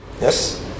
Yes